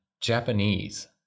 Japanese